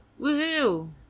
Woohoo